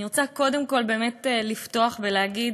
אני רוצה קודם כול באמת לפתוח ולהגיד,